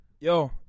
Yo